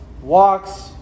walks